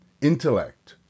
intellect